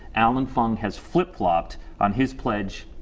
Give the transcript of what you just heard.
allan fung has flip-flopped on his pledge,